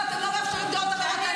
ואתם לא מאפשרים דעות אחרות.